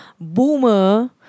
boomer